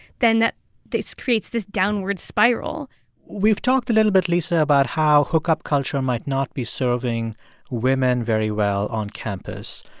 then this creates this downward spiral we've talked a little bit, lisa, about how hookup culture might not be serving women very well on campus.